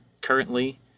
currently